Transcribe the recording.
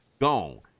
gone